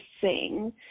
sing